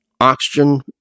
oxygen